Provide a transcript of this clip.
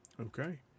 Okay